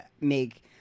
make